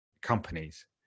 companies